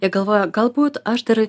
jie galvoja galbūt aš dar